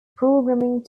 programming